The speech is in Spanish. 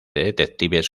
detectives